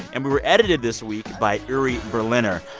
and we were edited this week by uri berliner.